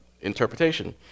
interpretation